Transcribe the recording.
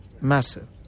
Massive